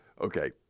Okay